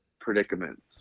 predicament